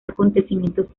acontecimientos